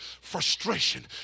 frustration